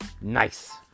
nice